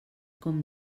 com